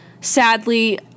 sadly